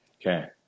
Okay